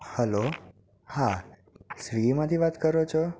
hello હા સ્વીગીમાંથી વાત કરો છો